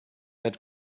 had